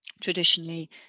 traditionally